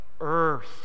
earth